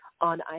On